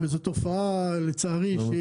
זאת תופעה שקורית המון, לצערי.